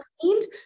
cleaned